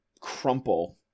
crumple